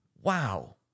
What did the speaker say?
wow